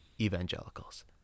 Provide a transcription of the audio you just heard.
evangelicals